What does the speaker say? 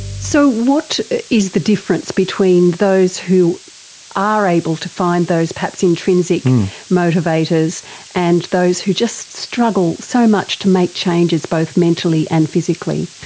so what is the difference between those who are able to find those perhaps intrinsic motivators and those who just struggle so much to make changes both mentally and physically?